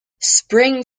spring